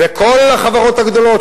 וכל החברות הגדולות,